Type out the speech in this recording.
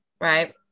right